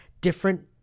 different